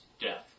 death